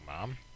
Mom